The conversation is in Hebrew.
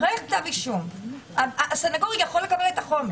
אחרי כתב אישום הסנגור יכול לקבל את החומר.